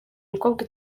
mukobwa